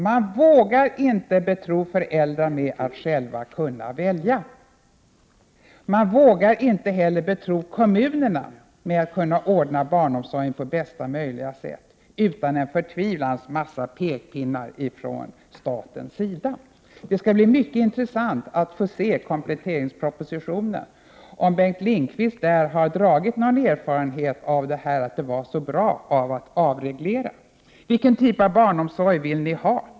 De vågar inte betro föräldrarna med att själva välja, man vågar inte heller betro kommunerna med att ordna barnomsorgen på bästa möjliga sätt utan en mängd pekpinnar från statens sida. Det skall bli mycket intressant att se om Bengt Lindqvist i kompletteringspropositionen har dragit den slutsatsen att det var bra att avreglera. Vilken typ av barnomsorg vill ni ha?